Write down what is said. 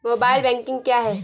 Mobile banking क्या है?